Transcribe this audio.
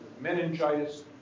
meningitis